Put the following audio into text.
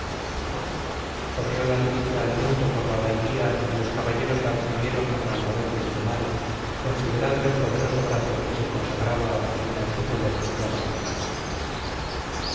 corrió la noticia al punto por la bailía y los caballeros la recibieron con alborozo extremado considerando el poderoso brazo que se consagraba a sostener su poder ya vacilante